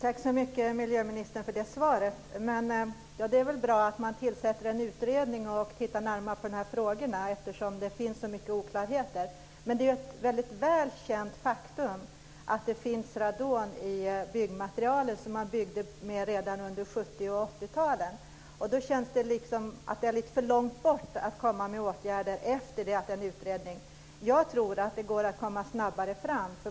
Fru talman! Tack för det svaret, miljöministern. Det är väl bra att man tillsätter en utredning och tittar närmare på de här frågorna eftersom det finns så många oklarheter. Men det är ett mycket väl känt faktum att det finns radon i det byggmaterial som man byggde med redan under 70 och 80-talen. Då känns det lite för avlägset att komma med åtgärder efter det att en utredning är färdig. Jag tror att det går att komma snabbare fram.